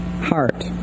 heart